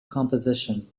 composition